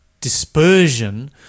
dispersion